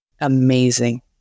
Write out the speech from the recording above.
Amazing